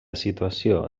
situació